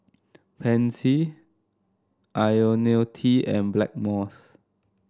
Pansy IoniL T and Blackmores